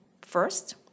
first